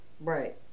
Right